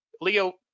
Leo